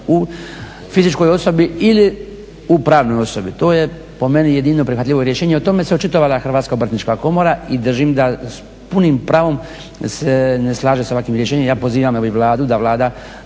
u fizičkoj osobi ili u pravnoj osobi. To je po meni jedino prihvatljivo i o tome se očitovala Hrvatska obrtnička komora i držim da s punim pravom se ne slaže sa ovakvim rješenjem. Ja pozivam evo i Vladu da Vlada